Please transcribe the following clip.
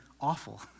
awful